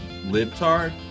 libtard